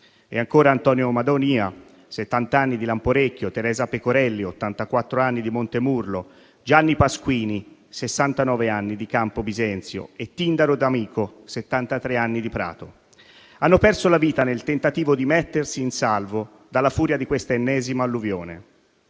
Antonino Madonia, 70 anni, di Lamporecchio; Teresa Pecorelli, 84 anni, di Montemurlo; Gianni Pasquini, 69 anni, di Campi Bisenzio; Tindaro D'Amico, 73 anni, di Prato, hanno perso la vita nel tentativo di mettersi in salvo dalla furia di questa ennesima alluvione.